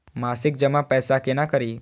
मासिक जमा पैसा केना करी?